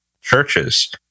churches